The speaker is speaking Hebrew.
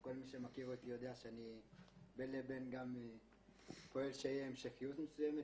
וכל מי שמכיר אותי יודע שאני בין לבין גם פועל שתהיה המשכיות מסוימת,